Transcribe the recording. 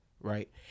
right